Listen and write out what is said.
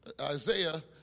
Isaiah